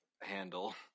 handle